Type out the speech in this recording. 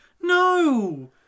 No